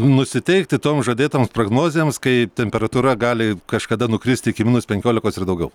nu nusiteikti tom žadėtoms prognozėms kai temperatūra gali kažkada nukristi iki minus penkiolikos ir daugiau